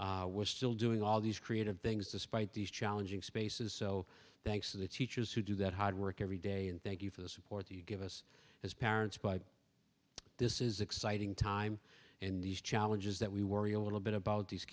we're still doing all these creative things despite these challenging spaces so thanks to the teachers who do that hard work every day and thank you for the support you give us as parents but this is exciting time and these challenges that we worry a little bit about these